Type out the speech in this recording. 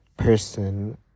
Person